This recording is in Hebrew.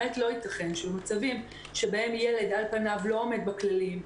לא ייתכן שבמקרים שבהם ילד על פניו לא עומד בכללים,